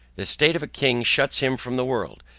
the state of a king shuts him from the world,